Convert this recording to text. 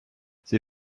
sie